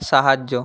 সাহায্য